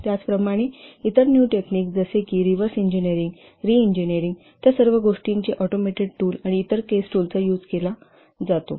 त्याचप्रमाणे इतर new technique जसे की रिव्हर्स इंजिनिरिंग रीइंजिनिरिंग त्या सर्व गोष्टींचे ऑटोमेटेड टूल आणि इतर केस टूलचा यूज केला जातो